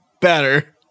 better